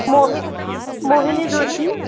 Mohini Mohini Joshi